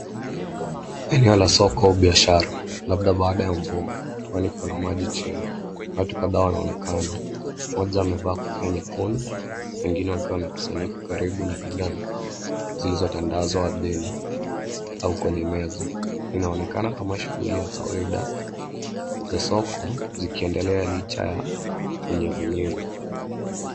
Eneo la soko au biashara, labda baada ya mvua, kwani kuna maji chini. Watu kadhaa wanaonekana, mmoja amevaa kofia nyekundu, wengine wakiwa wamekusanyika karibu na bidhaa, zilizotandazwa ardhini au kwenye meza. Inaonekana kama shughuli ya kawaida za soko, zikiendelea licha ya unyevunyevu.